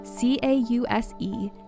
C-A-U-S-E